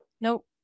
Nope